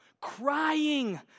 crying